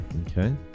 Okay